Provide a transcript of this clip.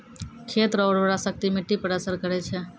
खेत रो उर्वराशक्ति मिट्टी पर असर करै छै